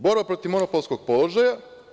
Borba protiv monopolskog položaja.